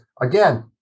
again